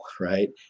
right